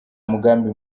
mugambi